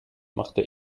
machte